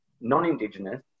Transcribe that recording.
non-Indigenous